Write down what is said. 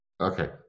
Okay